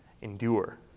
endure